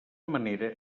manera